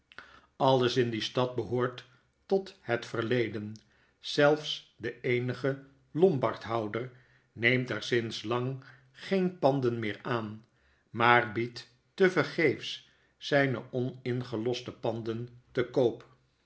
alles in die stad behoort tot het verleden zelfs de eenige lombardhouder neemt er sinds lang geen panden meer aan maar biedt tevergeefs zpe oningeloste panden te koop